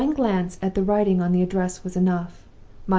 one glance at the writing on the address was enough.